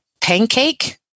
pancake